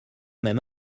même